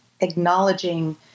acknowledging